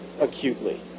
acutely